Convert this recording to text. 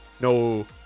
No